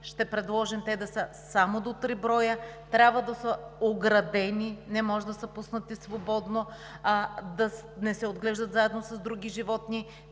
ще предложим те да са само до три броя, трябва да са оградени, не може да са пуснати свободно, да не се отглеждат заедно с други животни,